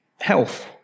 health